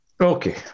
Okay